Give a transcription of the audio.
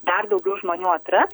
dar daugiau žmonių atras